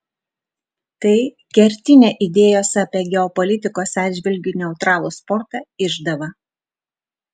tai kertinė idėjos apie geopolitikos atžvilgiu neutralų sportą išdava